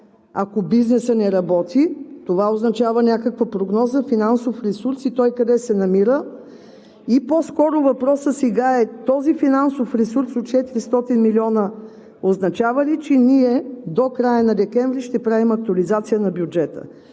ако бизнесът не работи, това означава някаква прогноза, финансов ресурс и той къде се намира? И по-скоро въпросът сега е: този финансов ресурс от 400 милиона означава ли, че ние до края на декември ще правим актуализация на бюджета?